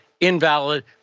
invalid